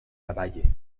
lavalle